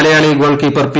Malayali goalkeeper P